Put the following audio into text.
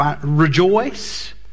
Rejoice